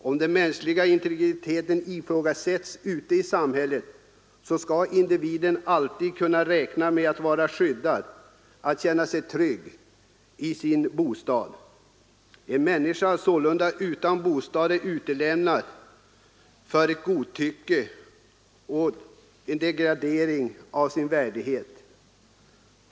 Om den mänskliga integriteten ifrågasätts ute i samhället, skall individen alltid kunna räkna med att vara skyddad — att känna sig trygg i sin bostad. En människa utan bostad är utlämnad åt godtycke och degraderad i sin värdighet.